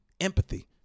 empathy